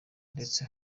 ndetse